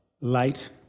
light